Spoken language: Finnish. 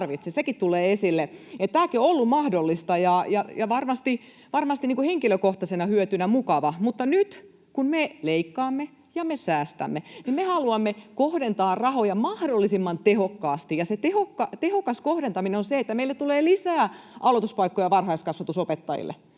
Sekin tulee esille. Tämäkin on ollut mahdollista ja varmasti henkilökohtaisena hyötynä mukava, mutta nyt, kun me leikkaamme ja me säästämme, me haluamme kohdentaa rahoja mahdollisimman tehokkaasti. Ja se tehokas kohdentaminen on sitä, että meille tulee lisää aloituspaikkoja varhaiskasvatuksen opettajille.